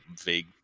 vague